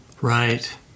Right